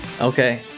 Okay